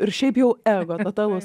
ir šiaip jau ego totalus